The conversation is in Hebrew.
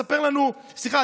סליחה,